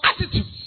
attitudes